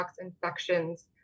infections